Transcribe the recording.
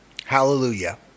Hallelujah